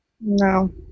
No